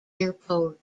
airport